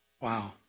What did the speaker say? Wow